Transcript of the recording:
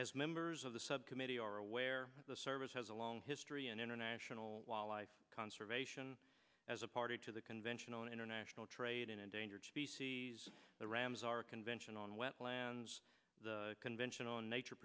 as members of the subcommittee are aware of the service has a long history in international wildlife conservation as a party to the convention on international trade in endangered species the rams our convention on wetlands the convention on nature